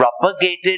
propagated